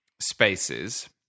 spaces